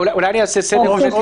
אולי אעשה סדר.